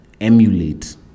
emulate